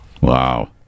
Wow